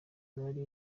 bari